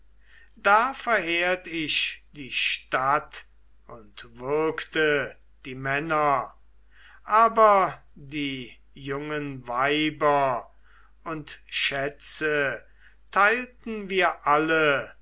da verheert ich die stadt und würgte die männer aber die jungen weiber und schätze teilten wir alle